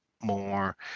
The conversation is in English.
more